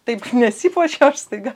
taip nesipuošė o aš staiga